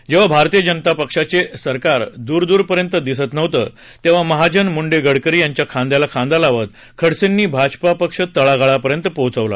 जेव्हा भारतीय जनता पक्षाचे सरकार दूरदूरपर्यंत दिसत नव्हते तेव्हा महाजन मूंडे गडकरी यांच्या खांद्याला खांदा लावत खडसेंनी भाजपा पक्ष तळागाळापर्यंत पोहोचवला